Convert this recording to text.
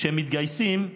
כשהם מתגייסים,